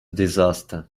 disaster